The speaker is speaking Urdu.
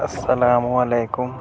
السّلام علیکم